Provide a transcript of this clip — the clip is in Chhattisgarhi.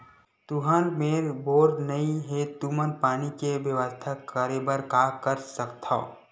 तुहर मेर बोर नइ हे तुमन पानी के बेवस्था करेबर का कर सकथव?